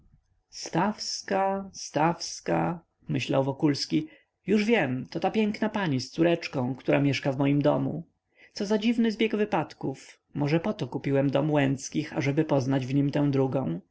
stawska stawska myślał wokulski już wiem to ta piękna pani z córeczką która mieszka w moim domu co za dziwny zbieg wypadków może poto kupiłem dom łęckich ażeby poznać w nim tę drugą